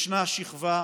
ישנה שכבה,